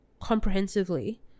comprehensively